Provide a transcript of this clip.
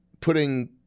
putting